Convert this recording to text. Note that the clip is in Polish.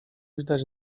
widać